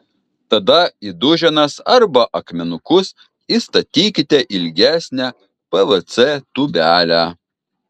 tada į duženas arba akmenukus įstatykite ilgesnę pvc tūbelę